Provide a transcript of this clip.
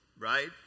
right